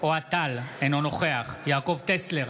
אוהד טל, אינו נוכח יעקב טסלר,